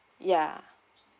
ya